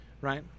right